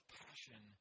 passion